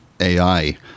AI